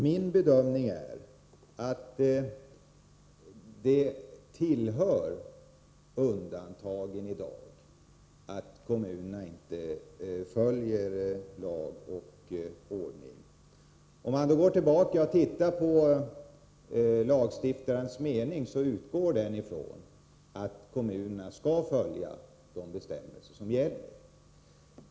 Min bedömning är att det tillhör undantagen i dag att kommunerna inte följer lag och ordning. Om man går tillbaka och studerar lagstiftarens mening finner man att lagstiftningen utgår från att kommunerna skall följa de bestämmelser som gäller.